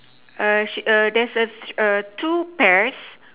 err she err there's a err two pears